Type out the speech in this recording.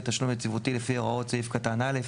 תשלום יציבותי לפי הוראות סעיף קטן (א),